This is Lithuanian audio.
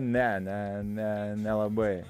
ne ne ne nelabai